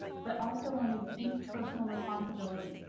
but also one of deep personal responsibility.